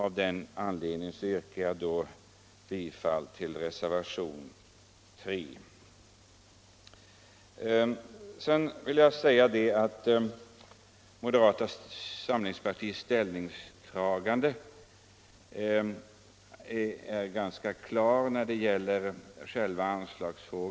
Av denna anledning yrkar jag, fru talman, bifall till reservationen 3. Moderata samlingspartiets ställningstagande i själva anslagsfrågan är helt klart.